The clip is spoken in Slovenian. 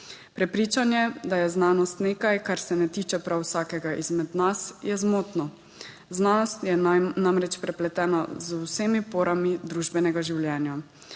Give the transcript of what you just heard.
Prepričanje, da je znanost nekaj, kar se ne tiče prav vsakega izmed nas, je zmotno. Znanost je namreč prepletena z vsemi porami družbenega življenja.